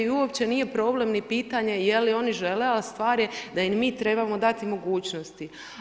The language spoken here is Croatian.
I uopće nije problem ni pitanja je li oni žele, a stvar je da im mi trebamo dati mogućnosti.